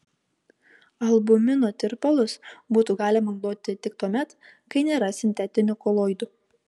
albumino tirpalus būtų galima naudoti tik tuomet kai nėra sintetinių koloidų